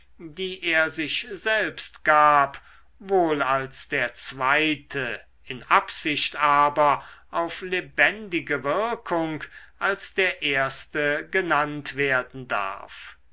die er sich selbst gab wohl als der zweite in absicht aber auf lebendige wirkung als der erste genannt werden darf